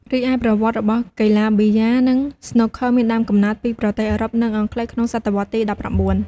រីឯប្រវត្តិរបស់ កីឡាប៊ីយ៉ានិង ស្នូកឃ័រមានដើមកំណើតពីប្រទេសអឺរ៉ុប និងអង់គ្លេសក្នុងសតវត្សទី ១៩។